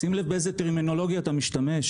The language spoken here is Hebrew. שים לב באיזה טרמינולוגיה אתה משתמש,